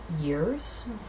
years